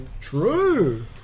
true